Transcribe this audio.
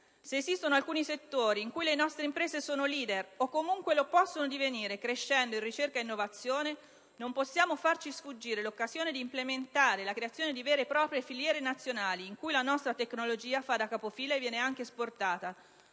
Se esistono alcuni settori in cui le nostre imprese sono leader o comunque lo possono divenire crescendo in ricerca e innovazione, non possiamo farci sfuggire l'occasione di implementare la creazione di vere e proprie filiere nazionali in cui la nostra tecnologia fa da capofila e viene anche esportata.